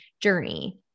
journey